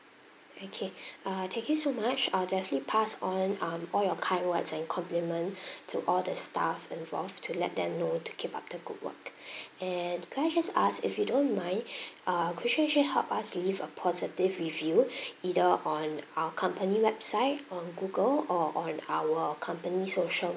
okay uh thank you so much I'll definitely pass on um all your kind words and compliment to all the staff involved to let them know to keep up the good work and could I just ask if you don't mind uh could you actually help us leave a positive review either on our company website on google or on our company social